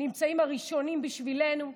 נמצאים הראשונים בשבילנו.